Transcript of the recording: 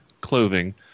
clothing